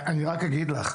לסיכום,